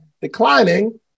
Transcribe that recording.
declining